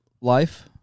life